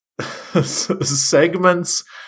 segments